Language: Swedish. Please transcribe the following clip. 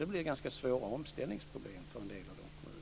Det blir ganska svåra omställningsproblem för en del av de kommunerna.